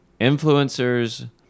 influencers